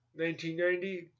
1990